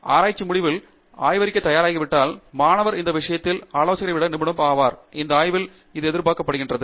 ஆராய்ச்சி முடிவில் ஆய்வறிக்கை தயாராகிவிட்டால் மாணவர் அந்த விஷயத்தில் ஆலோசகரை விட நிபுணர் ஆவார் அந்த ஆய்வில் அது எதிர்பார்க்கப்படுகிறது